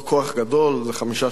איזה חמישה-שישה חיילים.